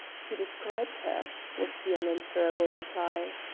he described her, was the unanswerable reply.